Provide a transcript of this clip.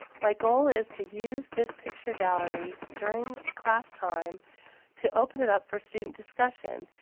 my goal is to use this picture gallery during class time to open it up for student discussion.